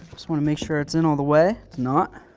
just want to make sure it's in all the way, it's not.